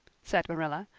said marilla.